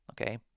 okay